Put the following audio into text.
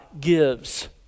gives